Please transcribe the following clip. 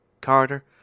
Carter